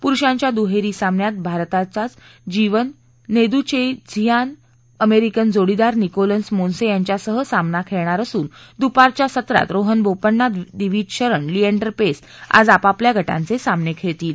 पुरुषांच्या दुहेरी सामन्यात भारताच जीवन नेदुनचेझियान अमेरिकन जोडीदार निकोलस मोन्से यांच्यासह सामना खेळणार असून दुपारच्या सत्रात रोहन दोपण्णा द्विज शरण लियंडर पेस आज आपापल्या गटांचे सामने खेळतील